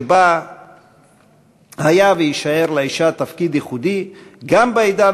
שבה היה ויישאר לאישה תפקיד ייחודי גם בעידן